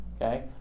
okay